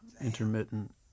intermittent